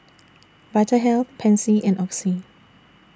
Vitahealth Pansy and Oxy